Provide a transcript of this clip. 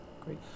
great